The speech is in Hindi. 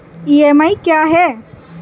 ई.एम.आई क्या है?